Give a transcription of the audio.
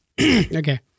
Okay